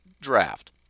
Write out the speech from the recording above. draft